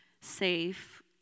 safe